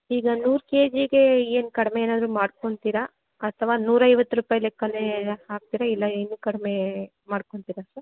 ಈಗ ನೂರು ಕೆ ಜಿಗೆ ಏನು ಕಡಿಮೆ ಏನಾದ್ರೂ ಮಾಡ್ಕೊತಿರ ಅಥವಾ ನೂರೈವತ್ತು ರೂಪಾಯಿ ಲೆಕ್ಕನೆ ಹಾಕ್ತೀರಾ ಇಲ್ಲ ಏನು ಕಡಿಮೆ ಮಾಡ್ಕೊತಿರ ಸರ್